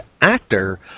actor